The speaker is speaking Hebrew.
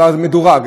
זה כבר מדורג,